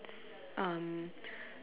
um